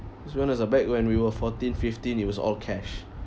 because when it was back when we were fourteen fifteen it was all cash